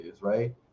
right